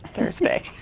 thursday.